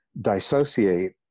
dissociate